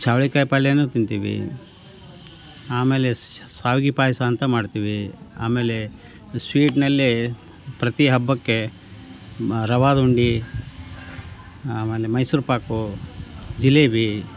ಚವ್ಳಿಕಾಯ್ ಪಲ್ಯನೂ ತಿಂತೀವಿ ಆಮೇಲೆ ಶಾವ್ಗೆ ಪಾಯಸ ಅಂತ ಮಾಡ್ತೀವಿ ಆಮೇಲೆ ಸ್ವೀಟ್ನಲ್ಲಿ ಪ್ರತಿ ಹಬ್ಬಕ್ಕೆ ಮ ರವಾದ ಉಂಡೆ ಆಮೇಲೆ ಮೈಸೂರು ಪಾಕ್ ಜಿಲೇಬಿ